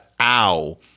ow